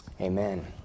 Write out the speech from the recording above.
Amen